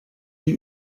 die